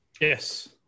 Yes